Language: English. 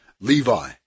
Levi